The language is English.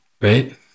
Right